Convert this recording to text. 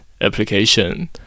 application